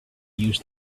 use